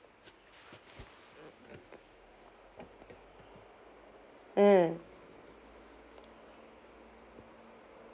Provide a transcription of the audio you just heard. mm